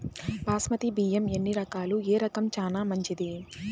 బాస్మతి బియ్యం ఎన్ని రకాలు, ఏ రకం చానా మంచిది?